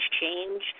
Change